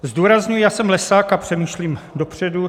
Zdůrazňuji, já jsem lesák a přemýšlím dopředu.